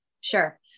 Sure